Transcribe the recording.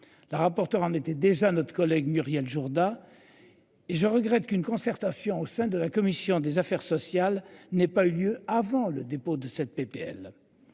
La rapporteure en était déjà notre collègue Muriel Jourda. Et je regrette qu'une concertation au sein de la commission des affaires sociales n'ait pas eu lieu avant le dépôt de cette PPL.